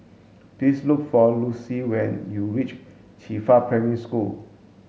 please look for Lucile when you reach Qifa Primary School